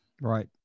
Right